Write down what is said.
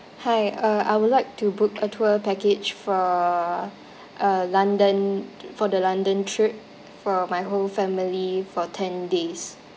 hi uh I would like to book a tour package for uh london for the london trip for my whole family for ten days